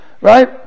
Right